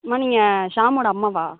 அம்மா நீங்கள் ஷாமோட அம்மாவா